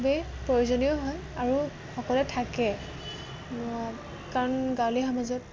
খুবেই প্ৰয়োজনীয় হয় আৰু সকলোৱে থাকে কাৰণ গাঁৱলীয়া সমাজত